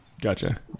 Gotcha